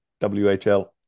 WHL